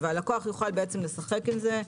הלקוח יוכל לשחק עם זה,